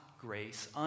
Grace